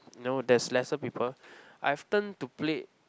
know there's lesser people I have turn to play